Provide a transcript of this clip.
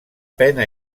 pena